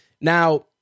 Now